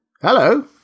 Hello